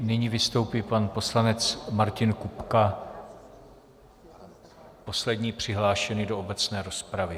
Nyní vystoupí pan poslanec Martin Kupka, poslední přihlášený do obecné rozpravy.